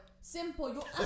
Simple